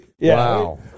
Wow